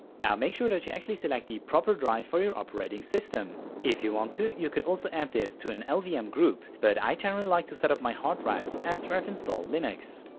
now make sure that you actually select the proper drive for your operating system. if you want to you could also add this to an lvm um group but i generally like to set up my hard drives after i've installed linux.